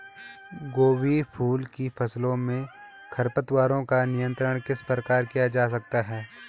गोभी फूल की फसलों में खरपतवारों का नियंत्रण किस प्रकार किया जा सकता है?